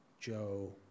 Joe